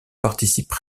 participent